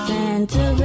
Santa